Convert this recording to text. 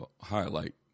highlight